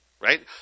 Right